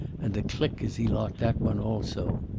and the click as he locked that one also.